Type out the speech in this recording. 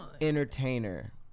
entertainer